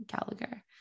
Gallagher